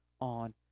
on